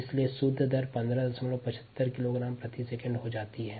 इसलिए शुद्ध दर 1575 किलोग्राम प्रति सेकंड हो जाती है